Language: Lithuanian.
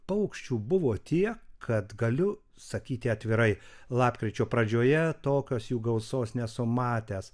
paukščių buvo tiek kad galiu sakyti atvirai lapkričio pradžioje tokios jų gausos nesu matęs